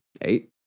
eight